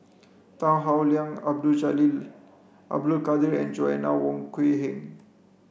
Tan Howe Liang Abdul Jalil Abdul Kadir and Joanna Wong Quee Heng